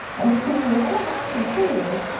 and between a year and a half and three years,